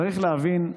צריך להבין,